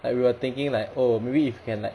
like we were thinking like oh maybe if can like